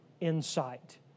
insight